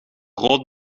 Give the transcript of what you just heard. rood